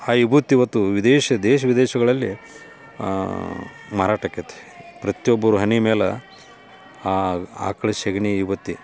ಆ ವಿಭೂತಿ ಇವತ್ತು ವಿದೇಶ ದೇಶ ವಿದೇಶಗಳಲ್ಲಿ ಮಾರಾಟಕೈತಿ ಪ್ರತಿಯೊಬ್ಬರ ಹಣೆ ಮೇಲೆ ಆ ಆಕಳ ಸಗಣಿ ವಿಭೂತಿ